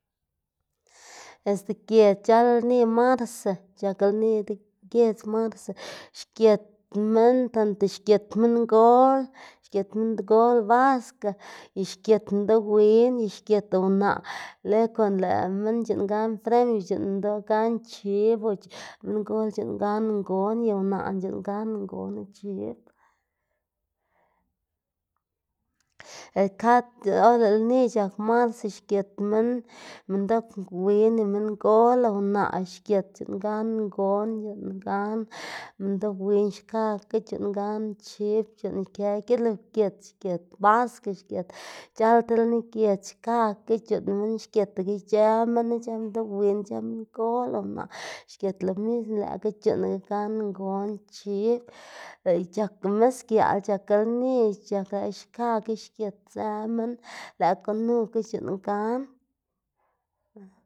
este giedz c̲h̲al lni marse c̲h̲ak lni di ga giedz marse xgit minn tante xgit mingol, xgit minngol basque y xgit minndoꞌ win y xgit unaꞌ lëꞌ konda lëꞌ minn c̲h̲uꞌnn gan premio c̲h̲uꞌnn minndoꞌ gan chib o minngol c̲h̲uꞌnn gan ngon y unaꞌna c̲h̲uꞌnn gan ngon y chib es kad or lëꞌ lni c̲h̲ak marzo xgit minn minndoꞌ win y minngol unaꞌ xgit c̲h̲uꞌnn gan ngon c̲h̲uꞌnn gan minndoꞌ win xkakga c̲h̲uꞌnn gan c̲h̲ib c̲h̲uꞌnn kë gilugut xgit basque xgit c̲h̲al ti lni giedz xkakga c̲h̲uꞌnn minn xgitaga ic̲h̲ë minn, ic̲h̲ë minndoꞌ win ic̲h̲ë mingol o unaꞌ xgit lo mismo lëꞌkga c̲h̲uꞌnnaga gan ngon chib. Leꞌy c̱h̲aka misgiaꞌl c̲h̲ak lni c̲h̲ak c̲h̲ak xkakga xgitzë minn lëꞌkga gunuka c̲h̲uꞌnn gan.